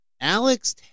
Alex